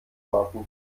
warten